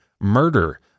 murder